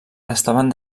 estaven